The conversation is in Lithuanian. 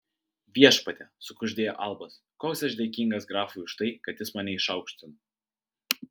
viešpatie sukuždėjo albas koks aš dėkingas grafui už tai kad jis mane išaukštino